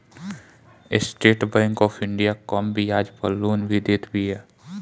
estate Bank of India कम बियाज पअ लोन भी देत बिया